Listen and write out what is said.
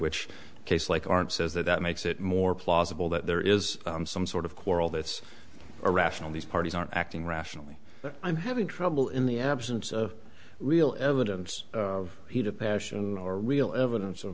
which case like aren't says that that makes it more plausible that there is some sort of quarrel that's irrational these parties aren't acting rationally i'm having trouble in the absence of real evidence of heat of passion or real evidence of